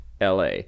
la